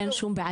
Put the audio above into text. ואם יש בעיה